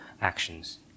actions